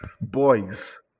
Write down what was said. Boys